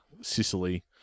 Sicily